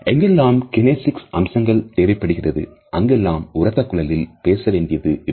எங்கெல்லாம் கினேசிக்ஸ் அம்சங்கள் தேவைப்படுகிறது அங்கெல்லாம் உரத்த குரலில் பேச வேண்டியது இருக்கும்